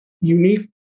unique